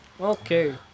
Okay